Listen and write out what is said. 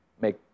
make